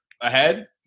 ahead